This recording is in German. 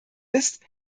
ist